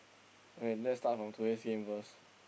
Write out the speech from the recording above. and let's start from today's game first